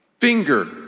finger